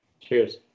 Cheers